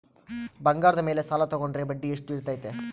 ಬಂಗಾರದ ಮೇಲೆ ಸಾಲ ತೋಗೊಂಡ್ರೆ ಬಡ್ಡಿ ಎಷ್ಟು ಇರ್ತೈತೆ?